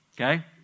Okay